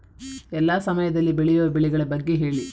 ಎಲ್ಲಾ ಸಮಯದಲ್ಲಿ ಬೆಳೆಯುವ ಬೆಳೆಗಳ ಬಗ್ಗೆ ಹೇಳಿ